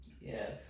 Yes